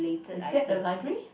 is that a library